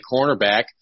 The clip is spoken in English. cornerback